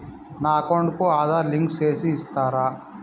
నా అకౌంట్ కు ఆధార్ లింకు సేసి ఇస్తారా?